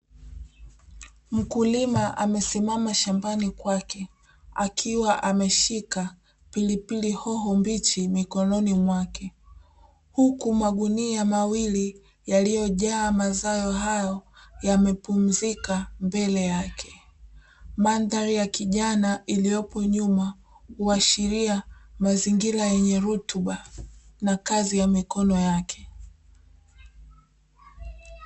Mkulima amesimama shambani kwake akiwa ameshika pilipili hoho mbichi mikononi mwake, huku magunia mawili yaliyojaa mazao hayo yamepumzika mbele yake. Mandhari ya kijana iliyopo nyuma huashiria mazingira yenye rutuba na kazi ya mikono yake.